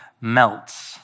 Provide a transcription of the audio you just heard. melts